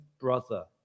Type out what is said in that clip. brother